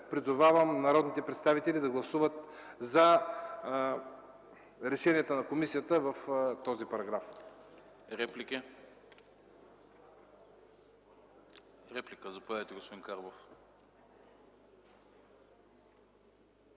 Призовавам народните представители да гласуват за решенията на комисията в този параграф.